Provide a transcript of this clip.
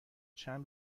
چند